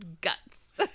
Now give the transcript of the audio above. guts